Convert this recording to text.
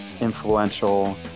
Influential